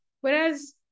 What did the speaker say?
Whereas